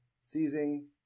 seizing –